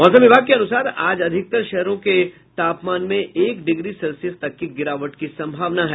मौसम विभाग के अनुसार आज अधिकतर शहरों के तापमान में एक डिग्री सेल्सियस तक की गिरावट की संभावना है